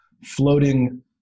floating